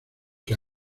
que